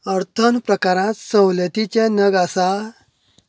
अर्थोन प्रकारांत सवलतीचे नग आसा